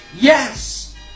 yes